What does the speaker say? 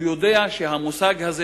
הוא יודע שהמושג הזה,